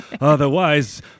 otherwise